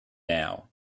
now